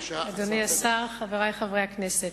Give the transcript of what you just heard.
אדוני השר, חברי חברי הכנסת,